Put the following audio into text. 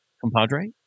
compadre